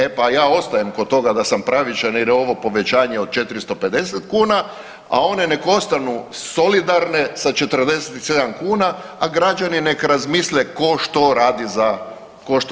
E pa ja ostajem kod toga da sam pravičan, jer je ovo povećanje od 450 kuna, a one nek ostanu solidarne sa 47 kuna, a građani nek razmisle tko što radi za koga.